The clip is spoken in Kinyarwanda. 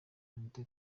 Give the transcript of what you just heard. anita